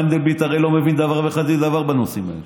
מנדלבליט הרי לא מבין דבר וחצי דבר בנושאים האלה.